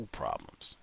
problems